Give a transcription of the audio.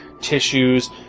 tissues